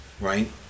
right